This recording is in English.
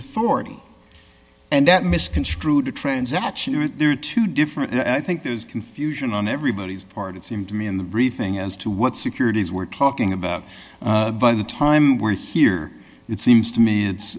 authority and that misconstrued a transaction there are two different i think there's confusion on everybody's part it seemed to me in the briefing as to what securities we're talking about by the time we're here it seems to me it's